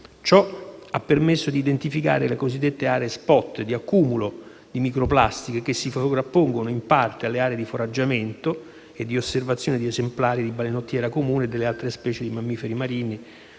Ciò ha permesso di identificare le cosiddette aree *hot-spot* di accumulo di microplastiche che si sovrappongono in parte alle aree di foraggiamento e di osservazione di esemplari di balenottera comune e delle altre specie di mammiferi marini